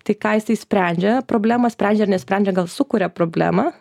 tai ką jisai sprendžia problemą sprendžia nesprendžia gal sukuria problemą